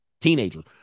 teenagers